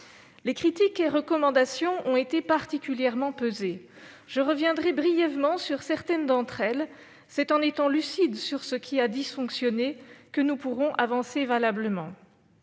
Nos critiques et recommandations ont été particulièrement pesées et je reviendrai brièvement sur certaines d'entre elles. C'est en étant lucides sur ce qui a dysfonctionné que nous pourrons avancer valablement.